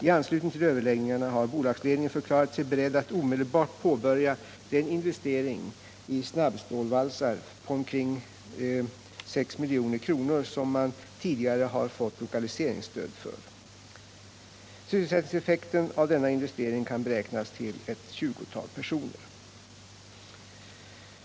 I anslutning till överläggningarna har bolagsledningen förklarat sig beredd att omedelbart påbörja den investering i snabbstålsvalsar på omkring 6 milj.kr. som man tidigare har fått lokaliseringsstöd till. Sysselsättningseffekten av denna investering kan beräknas till ett 20-tal personer.